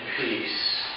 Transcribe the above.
peace